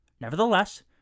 Nevertheless